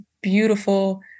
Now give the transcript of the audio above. beautiful